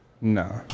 No